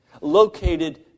located